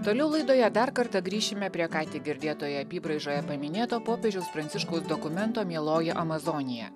toliau laidoje dar kartą grįšime prie ką tik girdėtoje apybraižoje paminėto popiežiaus pranciškaus dokumento mieloji amazonija